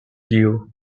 deer